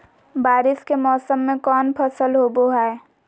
बारिस के मौसम में कौन फसल होबो हाय?